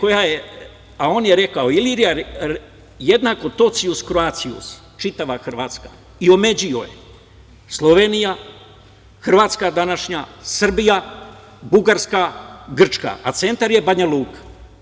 On je rekao: „Ilirija jednako totius Croatius (čitava Hrvatska)“ i omeđio je – Slovenija, Hrvatska današnja, Srbija, Bugarska, Grčka, a centar je Banjaluka.